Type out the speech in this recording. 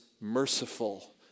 merciful